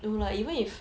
no lah even if